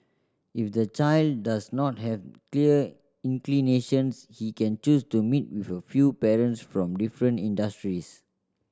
if the child does not have clear inclinations he can choose to meet with a few parents from different industries